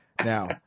Now